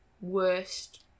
worst